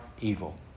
evil